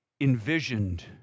envisioned